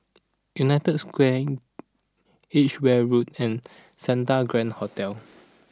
United Square Edgeware Road and Santa Grand Hotel